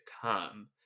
come